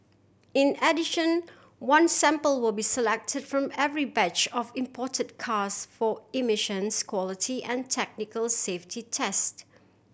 in addition one sample will be selected from every batch of imported cars for emissions quality and technical safety test